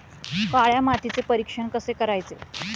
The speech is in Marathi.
काळ्या मातीचे परीक्षण कसे करायचे?